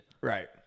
Right